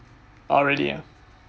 oh really ah